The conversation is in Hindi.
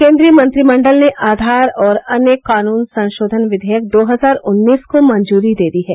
केन्द्रीय मंत्रिमंडल ने आधार और अन्य कानून संशोधन विवेयक दो हजार उन्नीस को मंजूरी दे दी है